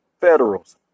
Federals